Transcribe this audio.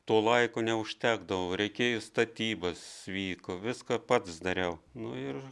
to laiko neužtekdavo reikėjo į statybas vyko viską pats dariau nu ir